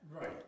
Right